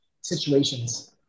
situations